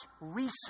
research